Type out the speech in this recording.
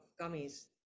gummies